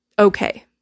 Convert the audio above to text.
Okay